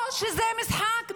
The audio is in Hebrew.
או שזה משחק מתואם.